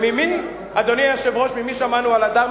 וממי, אדוני היושב-ראש, ממי שמענו על הדר?